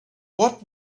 what